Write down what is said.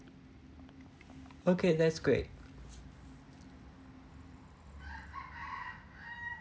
okay that's great